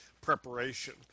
preparation